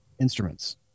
instruments